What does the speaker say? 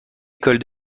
école